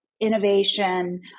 innovation